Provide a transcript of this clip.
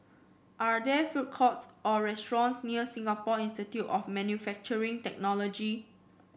are there food courts or restaurants near Singapore Institute of Manufacturing Technology